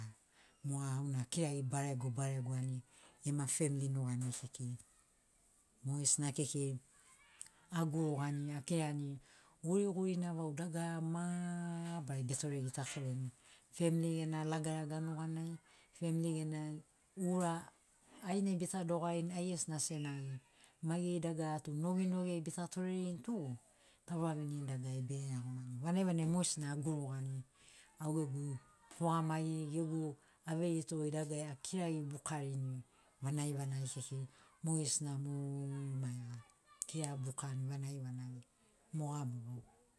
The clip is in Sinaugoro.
Moga auna akiragi barego barego ani gema famili nuganai kekei. Mogesina kekei, agurugani akirani guriguri na vau dagara mabarari betore gitakaurini. Famili gena lagalaga nuganai, famili gena ura ainai bita dogarini, aigesina senagi, maigeri dagara tu noginogi ai bita torerini tu tauravinirini dagarari bege iagomani. Vanagi vanagi mogesina agurugani, augegu tugamagi gegu aveiritogoi dagarari akiragi bukarini vanagai vanagi kekei mogesina mu u maiga, akira bukani vanagi vanagi, moga mogo.